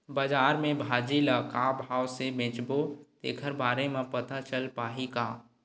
बजार में भाजी ल का भाव से बेचबो तेखर बारे में पता चल पाही का?